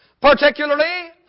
particularly